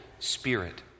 spirit